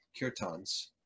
kirtans